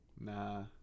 Nah